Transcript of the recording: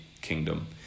kingdom